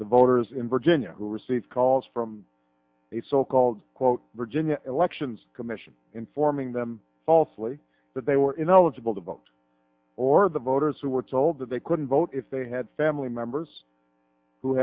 the voters in virginia who received calls from a so called quote virginia elections commission informing them falsely that they were ineligible to vote or the voters who were told that they couldn't vote if they had family members who